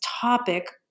topic